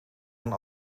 een